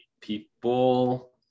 people